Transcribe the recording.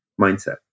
mindset